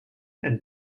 and